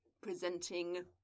presenting